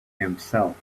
himself